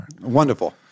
Wonderful